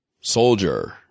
soldier